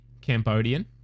Cambodian